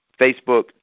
Facebook